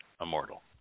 immortal